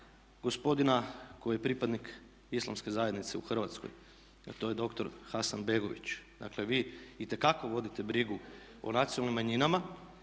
gospodina koji je pripadnik Islamske zajednice u Hrvatskoj a to je doktor Hasanbegović. Dakle vi itekako vodite brigu o nacionalnim manjinama